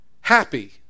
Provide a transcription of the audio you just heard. happy